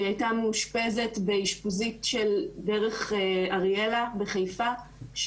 היא הייתה מאושפזת באשפוזית של "דרך אריאלה" בחיפה,